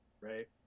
Right